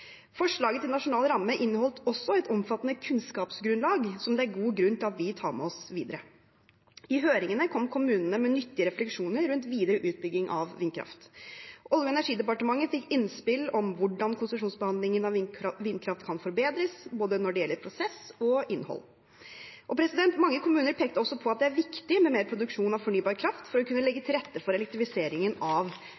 Forslaget til nasjonal ramme inneholdt også et omfattende kunnskapsgrunnlag som det er god grunn til at vi tar med oss videre. I høringen kom kommunene med nyttige refleksjoner rundt videre utbygging av vindkraft. Olje- og energidepartementet fikk innspill om hvordan konsesjonsbehandlingen av vindkraft kan forbedres når det gjelder både prosess og innhold. Mange kommuner pekte også på at det er viktig med mer produksjon av fornybar kraft for å kunne legge